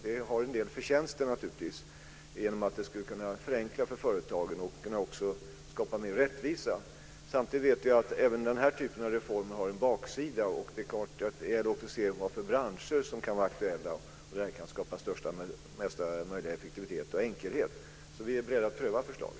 Det har naturligtvis en del förtjänster, genom att det skulle kunna förenkla för företagen och också skapa mer rättvisa. Samtidigt vet vi att även den här typen av reformer har en baksida. Det gäller också att se vilka branscher som kan vara aktuella där detta kan skapa största möjliga effektivitet och enkelhet. Men vi är alltså beredda att pröva förslaget.